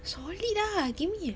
solid ah give me